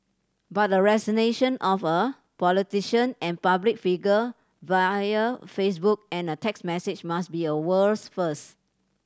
but a resignation of a politician and public figure via Facebook and a text message must be a world's first